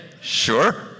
sure